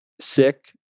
sick